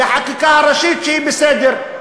והחקיקה הראשית שהיא בסדר.